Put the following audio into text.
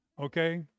Okay